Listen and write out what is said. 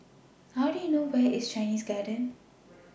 How Do YOU know Where IS Chinese Garden